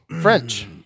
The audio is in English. French